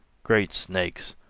great snakes!